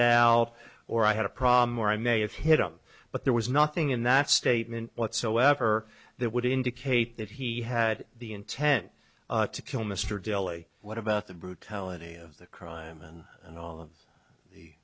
or i had a problem or i may have hit up but there was nothing in that statement whatsoever that would indicate that he had the intent to kill mr delhi what about the brutality of the crime and and all of the